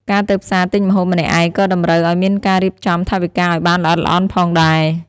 ការទៅផ្សារទិញម្ហូបម្នាក់ឯងក៏តម្រូវឱ្យមានការរៀបចំថវិកាឱ្យបានល្អិតល្អន់ផងដែរ។